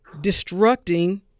destructing